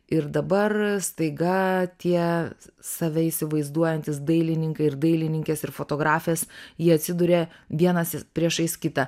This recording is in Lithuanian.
ir dabar staiga tie save įsivaizduojantys dailininkai ir dailininkės ir fotografės jie atsiduria vienas priešais kitą